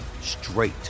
straight